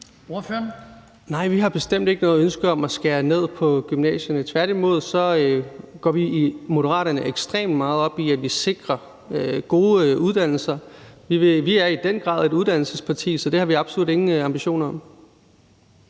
Nej, vi har bestemt ikke noget ønske om at skære ned på gymnasierne. Tværtimod går vi i Moderaterne ekstremt meget op i at sikre gode uddannelser. Vi er i den grad et uddannelsesparti, så det har vi absolut ingen ambitioner om.